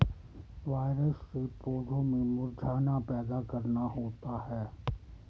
virus से पौधों में मुरझाना पैदा करना होता है